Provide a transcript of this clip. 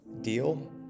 deal